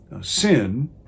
Sin